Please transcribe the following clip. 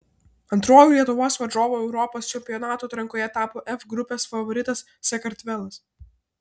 antruoju lietuvos varžovu europos čempionato atrankoje tapo f grupės favoritas sakartvelas